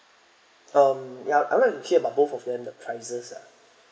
um ya I would like to hear about both of them the prices ah